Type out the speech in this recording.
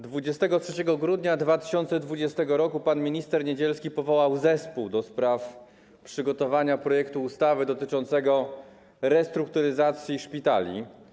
23 grudnia 2020 r. pan minister Niedzielski powołał zespół do spraw przygotowania projektu ustawy dotyczącego restrukturyzacji szpitali.